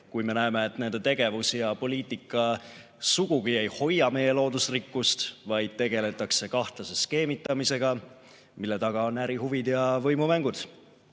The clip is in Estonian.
kui me näeme, et nende tegevus ja poliitika sugugi ei hoia meie loodusrikkust, vaid tegeldakse kahtlase skeemitamisega, mille taga on ärihuvid ja võimumängud.